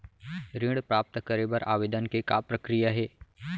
ऋण प्राप्त करे बर आवेदन के का प्रक्रिया हे?